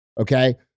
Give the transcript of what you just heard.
okay